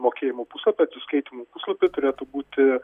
mokėjimų puslapy atsiskaitymų puslapy turėtų būti